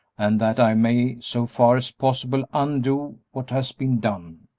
and that i may, so far as possible, undo what has been done.